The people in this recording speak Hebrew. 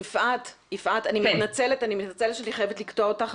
אני מתנצלת שאני חייבת לקטוע אותך.